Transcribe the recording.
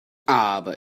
aber